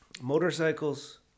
Motorcycles